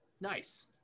nice